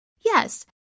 Yes